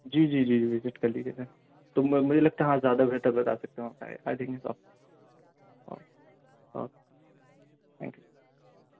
جی جی جی وزٹ کر لیجیے سر تو مجھے لگتا ہے ہاں زیادہ بہتر بتا سکتا ہوں اوکے اوکے ہاں ہاں تھینک یو